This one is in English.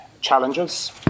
challenges